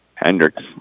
Hendricks